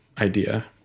idea